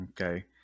okay